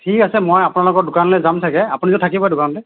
ঠিক আছে মই আপোনালোকৰ দোকানলে যাম ছাগে আপুনিটো থাকিবই দোকানতে